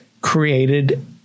created